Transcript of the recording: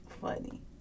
funny